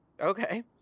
Okay